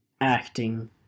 acting